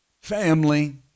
family